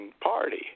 party